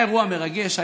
היה אירוע מרגש.